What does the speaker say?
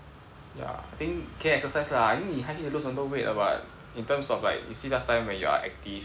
ya I think can exercise lah I think 你还可以 lose 很多 weight 的 [what] in terms of like you see last time when you are active